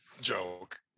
joke